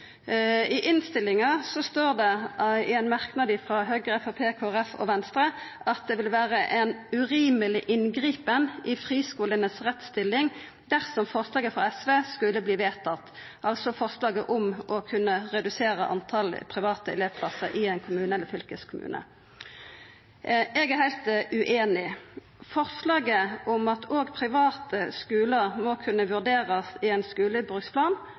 I innstillinga står det i ein merknad frå Høgre, Framstegspartiet, Kristeleg Folkeparti og Venstre at det «vil være en urimelig inngripen i friskolenes rettsstilling» dersom forslaget frå SV skulle verta vedtatt – altså forslaget om å kunna redusera talet på private elevplassar i ein kommune eller fylkeskommune. Eg er heilt ueinig. Forslaget om at òg private skular må kunna vurderast i ein skulebruksplan,